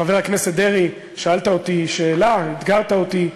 חבר הכנסת דרעי, שאלת אותי שאלה, אתגרת אותי,